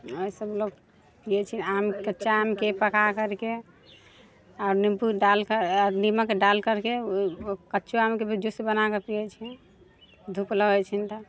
ईसभ लोक पियैत छै आम कच्चा आमके पका करि कऽ आओर निम्बू डालि कऽ निमक डाल करि कऽ कच्चो आमके जूस पियैत छै धूप लगैत छन्हि तऽ